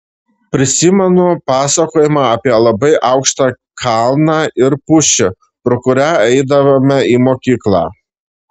prisimenu pasakojimą apie labai aukštą kalną ir pušį pro kurią eidavome į mokyklą